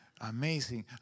amazing